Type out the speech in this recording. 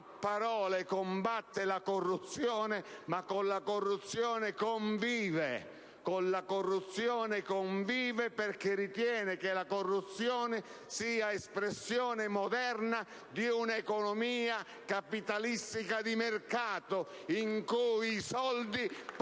parole combatte la corruzione, ma con essa convive: con la corruzione convive perché ritiene che essa sia espressione moderna di un'economia capitalistica di mercato, in cui i soldi